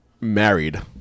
married